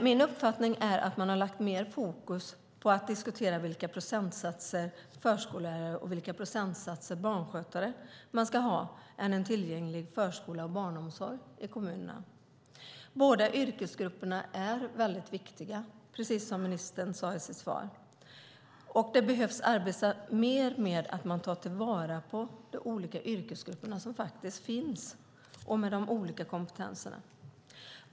Min uppfattning är att man har lagt mer fokus på att diskutera hur stor andel förskollärare och hur stor andel barnskötare man ska ha än på att diskutera en tillgänglig förskola och barnomsorg i kommunerna. Båda yrkesgrupperna är viktiga, precis som ministern sade i sitt svar. Man behöver arbeta mer med att ta till vara på de olika yrkesgrupper med olika kompetens som finns.